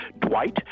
Dwight